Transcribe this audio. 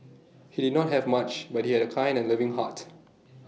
he did not have much but he had A kind and loving heart